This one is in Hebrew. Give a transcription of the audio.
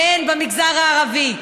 כן במגזר הערבי,